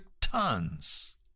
tons